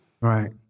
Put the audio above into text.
Right